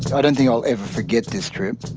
i don't think i'll ever forget this trip.